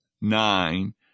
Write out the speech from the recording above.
nine